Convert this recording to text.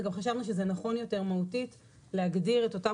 וגם חשבנו שזה נכון יותר מהותית להגדיר את אותם